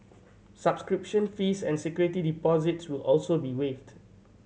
subscription fees and security deposits will also be waived